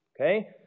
Okay